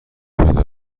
شده